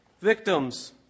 Victims